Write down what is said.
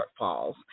shortfalls